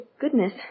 goodness